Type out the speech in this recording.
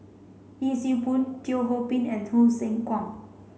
Yee Siew Pun Teo Ho Pin and Hsu Tse Kwang